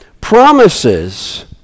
promises